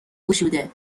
گشوده